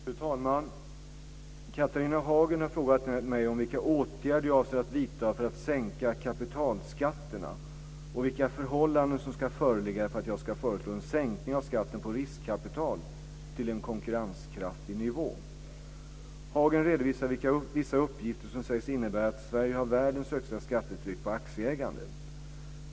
Fru talman! Catharina Hagen har frågat mig om vilka åtgärder jag avser att vidta för att sänka kapitalskatterna och vilka förhållanden som ska föreligga för att jag ska föreslå en sänkning av skatten på riskkapital till en konkurrenskraftig nivå. Hagen redovisar vissa uppgifter som sägs innebära att Sverige har världens högsta skattetryck på aktieägande.